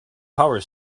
power